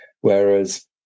whereas